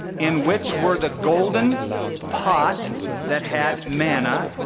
in which were the golden pot that had manna,